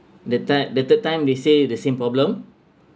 the third the third time they say the same problem